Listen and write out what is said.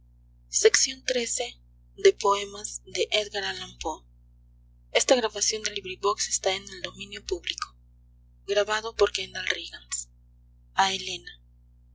en el linaje